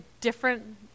different